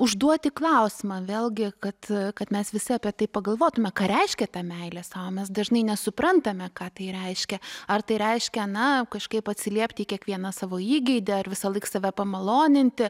užduoti klausimą vėlgi kad kad mes visi apie tai pagalvotume ką reiškia ta meilė sau mes dažnai nesuprantame ką tai reiškia ar tai reiškia na kažkaip atsiliepti į kiekvieną savo įgeidį ar visąlaik save pamaloninti